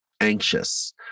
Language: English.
anxious